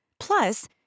Plus